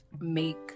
make